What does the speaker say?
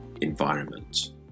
environment